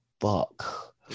fuck